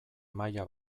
maila